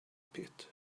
pit